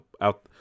out